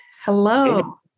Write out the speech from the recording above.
hello